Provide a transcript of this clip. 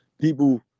people